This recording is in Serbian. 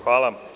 Hvala.